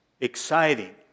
exciting